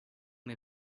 may